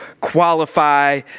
qualify